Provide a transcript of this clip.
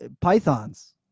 pythons